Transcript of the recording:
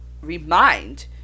remind